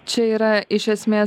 čia yra iš esmės